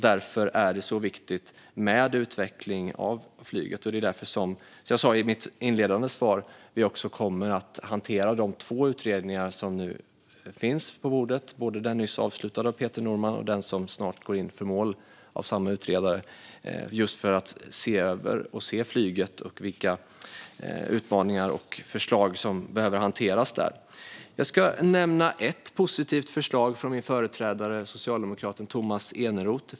Därför är det så viktigt med utveckling av flyget, och det är därför vi, som jag sa i mitt inledande svar, kommer att hantera de två utredningar som nu finns på bordet - både den nyss avslutade av Peter Norman och den av samma utredare som snart går i mål - för att se över detta och se vilka utmaningar och förslag som behöver hanteras när det gäller flyget. Jag ska nämna ett positivt förslag från min företrädare, socialdemokraten Tomas Eneroth.